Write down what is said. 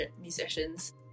musicians